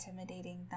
intimidating